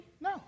No